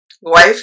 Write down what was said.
wife